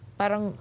parang